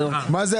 39004, מי מסביר.